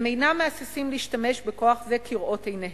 והם אינם מהססים להשתמש בכוח זה כראות עיניהם.